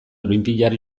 olinpiar